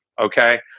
Okay